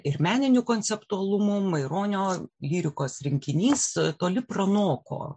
ir meniniu konceptualumu maironio lyrikos rinkinys toli pranoko